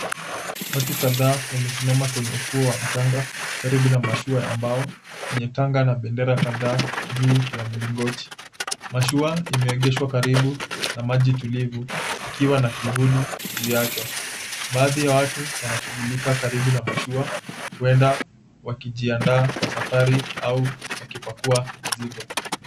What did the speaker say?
Watu kadhaa wamesimama kwenye ufuo wa mchanga karibu na mashua ya mbao yenye tanga na bendera kadhaa juu ya mlingoti. Mashua imeegeshwa karibu na maji tulivu ikiwa na kivuli juu yake. Baadhi ya watu wanashughulika karibu na mashua, huenda wakijiandaa kwa safari au wakipakua mzigo.